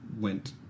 went